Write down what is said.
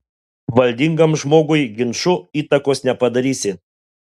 valdingam žmogui ginču įtakos nepadarysi